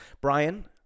brian